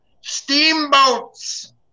Steamboats